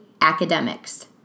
academics